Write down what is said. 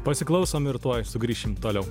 pasiklausom ir tuoj sugrįšim toliau